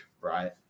right